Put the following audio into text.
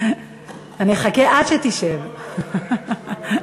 אחכה עד שתשב.